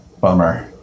bummer